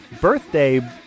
birthday